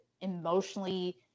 emotionally